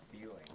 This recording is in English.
feeling